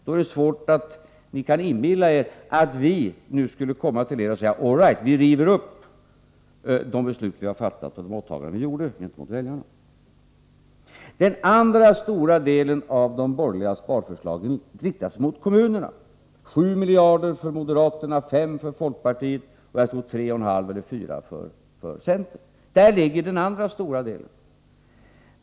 Då är det svårt att förstå hur ni kan inbilla er att vi nu skall komma till er och säga: All right, vi river upp de beslut vi har fattat och de åtaganden vi gjorde gentemot väljarna. Den andra stora delen av de borgerliga sparförslagen riktas mot kommunerna —- 7 miljarder för moderaterna, 5 miljarder för folkpartiet, och jag tror att det är 3,54 miljarder för centern. Där ligger alltså den andra stora delen.